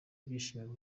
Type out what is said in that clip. ibyishimo